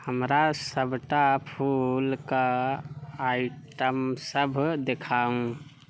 हमरा सभटा फूल कऽ आइटमसभ देखाउ